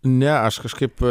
ne aš kažkaip